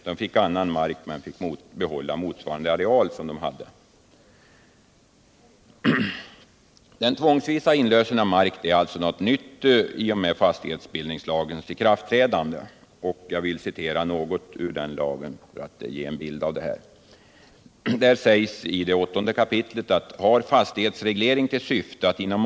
De fick annan mark men fick behålla motsvarande areal som de hade före skiftet.